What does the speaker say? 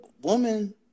woman